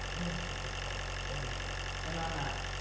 i'm gonna skip this part. don't look. and um